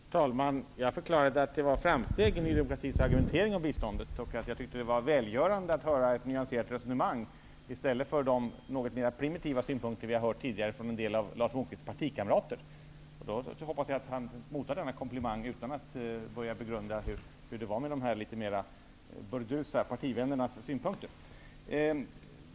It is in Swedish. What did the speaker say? Herr talman! Jag förklarade att det skett framsteg i Ny demokratis argumentering om biståndet. Jag tyckte att det var välgörande att höra ett nyanserat resonemang i stället för de något mer primitiva synpunkter vi har hört tidigare från en del av Lars Moquists partikamrater. Jag hoppas att Lars Moquist mottar denna komplimang utan att börja begrunda hur det var med dessa litet mer burdusa partivänners synpunkter.